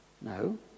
No